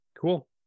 cool